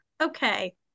Okay